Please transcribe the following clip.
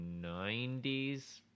90s